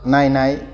नायनाय